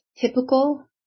typical